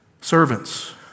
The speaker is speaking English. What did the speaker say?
Servants